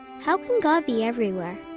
how can god be everywhere?